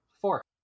Four